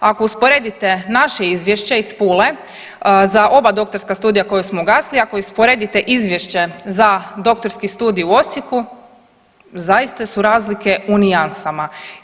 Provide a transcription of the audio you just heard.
Ako usporedite naše izvješće iz Pule za oba doktorska studija koja smo ugasili i ako usporedite izvješće za Doktorski studij u Osijeku zaista su razlike u nijansama.